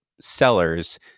sellers